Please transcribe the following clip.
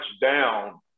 down